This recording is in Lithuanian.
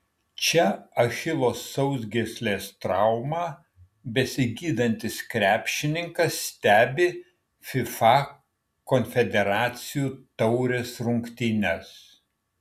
čia achilo sausgyslės traumą besigydantis krepšininkas stebi fifa konfederacijų taurės rungtynes